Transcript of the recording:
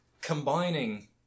combining